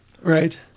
Right